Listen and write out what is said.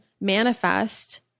manifest